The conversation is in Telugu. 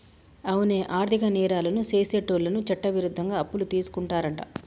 అవునే ఆర్థిక నేరాలను సెసేటోళ్ళను చట్టవిరుద్ధంగా అప్పులు తీసుకుంటారంట